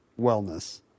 wellness